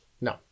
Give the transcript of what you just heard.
No